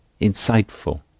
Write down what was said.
insightful